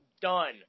done